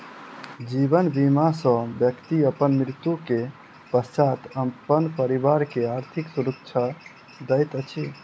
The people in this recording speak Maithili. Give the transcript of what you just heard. जीवन बीमा सॅ व्यक्ति अपन मृत्यु के पश्चात अपन परिवार के आर्थिक सुरक्षा दैत अछि